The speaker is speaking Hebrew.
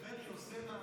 מדבר יוזם,